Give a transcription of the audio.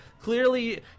Clearly